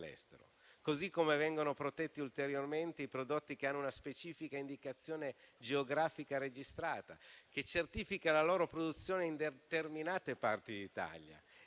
così come vengono protetti ulteriormente i prodotti che hanno una specifica indicazione geografica registrata che certifica la loro produzione in determinate parti d'Italia,